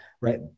right